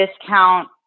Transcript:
discount